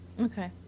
Okay